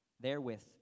therewith